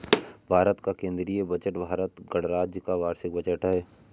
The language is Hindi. भारत का केंद्रीय बजट भारत गणराज्य का वार्षिक बजट है